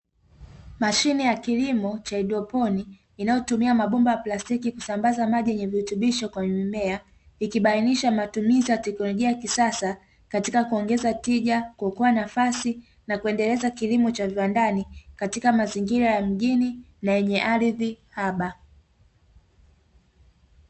Mashine ya kilimo cha haidroponi inayotumia mabomba ya plastiki kusambaza maji yenye virutibisha kwa mmea ikibainisha matumizi ya teknolojia ya kisasa katika kuongeza tija kuokoa nafasi na kuendeleza kilimo cha viwandani katika mazingira ya mjini na yenye ardhi haba.